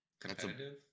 competitive